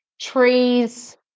Trees